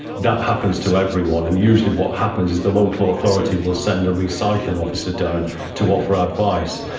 that happens to everyone and usually what happens is the local authority will send a recycling officer down to offer advice.